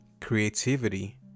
Creativity